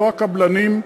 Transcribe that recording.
לא הקבלנים,